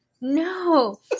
No